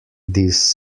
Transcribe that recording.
this